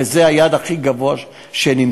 וזה היעד הכי גבוה שנמצא.